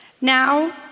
Now